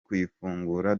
kuyifungura